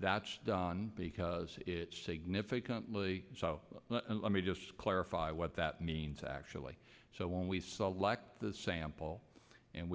that's done because it's significantly so and let me just clarify what that means actually so when we saw lacked the sample and